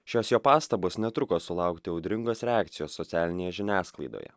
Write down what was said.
šios jo pastabos netruko sulaukti audringos reakcijos socialinėje žiniasklaidoje